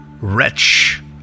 Wretch